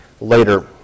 later